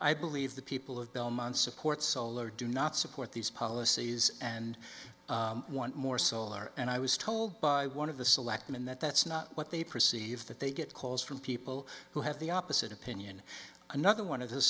i believe the people of belmont support solar do not support these policies and want more solar and i was told by one of the selectmen that that's not what they perceive that they get calls from people who have the opposite opinion another one of